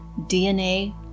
DNA